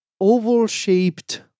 oval-shaped